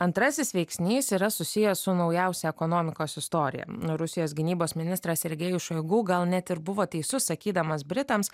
antrasis veiksnys yra susijęs su naujausia ekonomikos istorija nu rusijos gynybos ministras sergejus šoigu gal net ir buvo teisus sakydamas britams